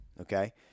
okay